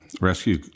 rescue